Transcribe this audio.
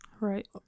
Right